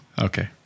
Okay